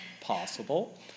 possible